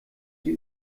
sie